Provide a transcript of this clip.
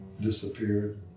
disappeared